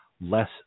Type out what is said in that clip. less